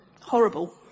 horrible